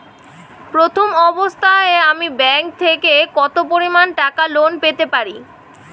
প্রথম অবস্থায় আমি ব্যাংক থেকে কত পরিমান টাকা লোন পেতে পারি?